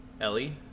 Ellie